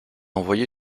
envoyé